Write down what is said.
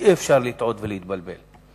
אי-אפשר לטעות בו ולהתבלבל.